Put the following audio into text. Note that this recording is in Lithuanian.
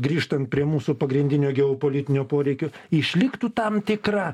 grįžtant prie mūsų pagrindinio geopolitinio poreikio išliktų tam tikra